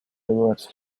awards